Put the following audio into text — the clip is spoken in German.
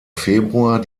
februar